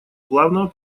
плавного